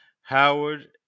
howard